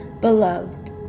Beloved